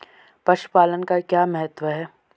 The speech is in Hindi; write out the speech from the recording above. पशुपालन का क्या महत्व है?